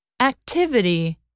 Activity